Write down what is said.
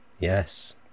Yes